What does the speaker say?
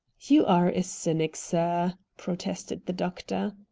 you are a cynic, sir, protested the doctor.